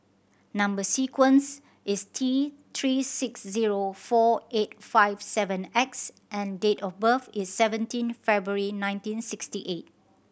number sequence is T Three six zero four eight five seven X and date of birth is seventeen February nineteen sixty eight